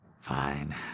fine